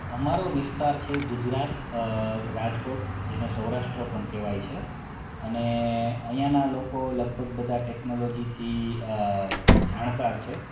અમારો વિસ્તાર છે ગુજરાત રાજકોટ જેને સૌરાષ્ટ્ર પણ કહેવાય છે અને અહીંયાના લોકો લગભગ બધા ટેક્નોલોજીથી જાણકાર છે